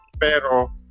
Pero